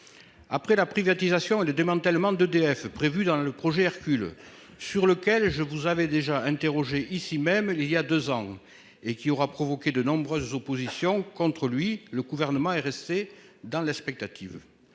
Après la privatisation et le démantèlement d'EDF prévu dans le projet. Sur lequel je vous avez déjà interrogé ici-même, il y a 2 ans et qui aura provoqué de nombreuses oppositions contre lui. Le gouvernement est resté dans l'expectative